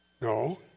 No